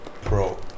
Pro